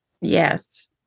Yes